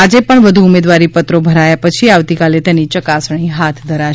આજે પણ વધુ ઉમેદવારીપત્રો ભરાયા પછી આવતીકાલે તેની ચકાસણી હાથ ધરાશે